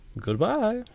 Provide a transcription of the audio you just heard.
Goodbye